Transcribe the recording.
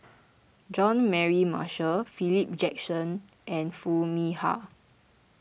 Jean Mary Marshall Philip Jackson and Foo Mee Har